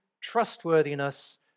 trustworthiness